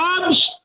jobs